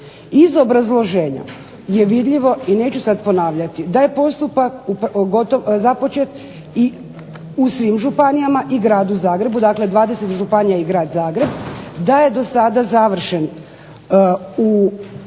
Iz obrazloženja je vidljivo i neću sada ponavljati da je postupak započet i u svim županijama i Gradu Zagrebu, 20 županija i Grad Zagreb, da je do sada završen u